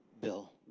Bill